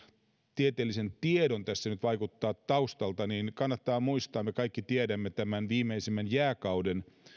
tieteellisen tiedon tässä nyt vaikuttaa taustalla niin kannattaa muistaa me kaikki tiedämme viimeisimmän jääkauden